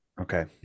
okay